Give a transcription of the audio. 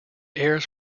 airs